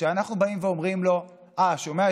שאנחנו באים ואומרים לו: אה, שומע?